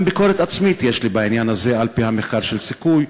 גם ביקורת עצמית יש לי בעניין הזה: על-פי המחקר של "סיכוי",